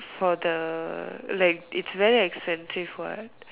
for the like it's very expensive what